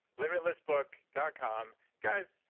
limitlessbook dot com. guys,